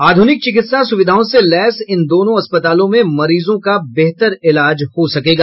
आध्रनिक चिकित्सा सुविधाओं से लैस इन दोनों अस्पतालों में मरीजों का बेहतर इलाज हो सकेगा